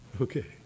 Okay